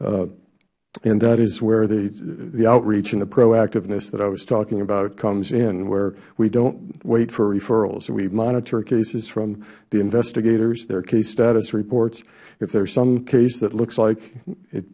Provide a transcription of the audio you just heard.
us that is where the outreach and the proactiveness that i was talking about comes in where we dont wait for referrals we monitor cases from the investigators their case status reports if there is some case that looks like it